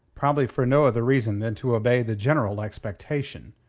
probably for no other reason than to obey the general expectation.